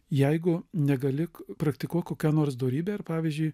jeigu negali praktikuok kokią nors dorybę ir pavyzdžiui